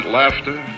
laughter